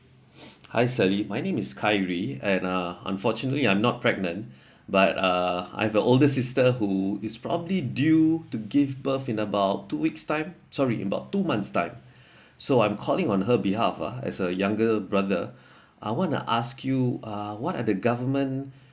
hi sally my name is harry and uh unfortunately I'm not pregnant but uh I have a older sister who is probably due to give birth in about two weeks time sorry about two months time so I'm calling on her behalf uh as a younger brother I want to ask you uh what are the government